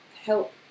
help